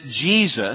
Jesus